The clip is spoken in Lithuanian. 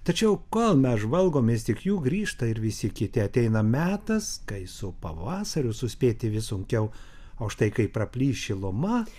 tačiau kol mes žvalgomės tik jų grįžta ir visi kiti ateina metas kai su pavasariu suspėti vis sunkiau o štai kai praplyš šiluma